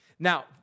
Now